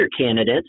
candidates